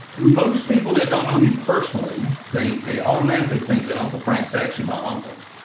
most people that don't know me personally, they they automatically think that uncle frank is actually my uncle.